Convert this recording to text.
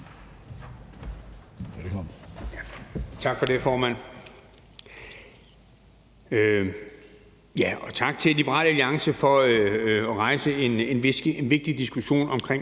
Tak for det, formand. Tak til Liberal Alliance for at rejse en vigtig diskussion om,